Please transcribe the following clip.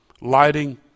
lighting